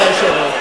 אדוני היושב-ראש.